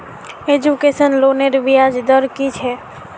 Education लोनेर ब्याज दर कि छे?